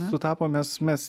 sutapo mes mes